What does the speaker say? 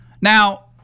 Now